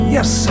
Yes